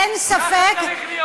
אין ספק, ככה צריך להיות.